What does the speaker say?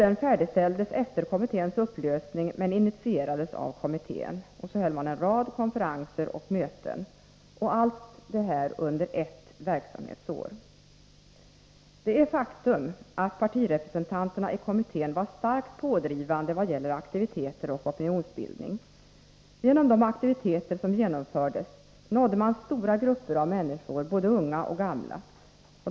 Den färdigställdes efter kommitténs upplösning men initierades av kommittén. En rad konferenser och möten hölls. — Allt detta skedde under ett verksamhetsår. Det är ett faktum att partirepresentanterna i kommittén var starkt pådrivande vad gäller aktiviteter och opinionsbildning. Genom de aktiviteter som genomfördes nådde man stora grupper av människor, både unga och gamla.